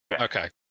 Okay